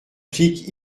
flic